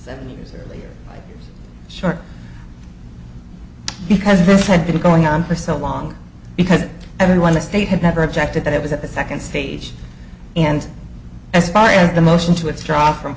seven years earlier sure because this had been going on for so long because everyone the state had never objected that it was at the second stage and as part of the motion to withdraw from